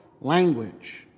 Language